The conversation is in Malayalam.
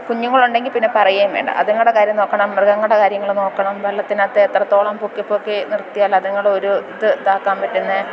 കുഞ്ഞുങ്ങളുണ്ടെങ്കില് പിന്നെ പറയുകയും വേണ്ട അത്ങ്ങളുടെ കാര്യം നോക്കണം മൃഗങ്ങളുടെ കാര്യങ്ങൾ നോക്കണം വള്ളത്തിനകത്ത് എത്രത്തോളം പൊക്കി പൊക്കി നിര്ത്തിയാൽ അത്ങ്ങൾ ഒരു ഇത് ഇതാക്കാന് പറ്റുന്നത്